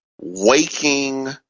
waking